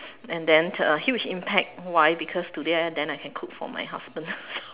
and then uh huge impact why because today I can cook for my husband